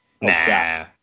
Nah